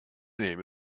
name